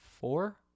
Four